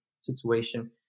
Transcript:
situation